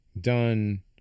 done